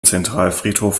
zentralfriedhof